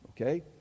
Okay